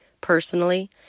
Personally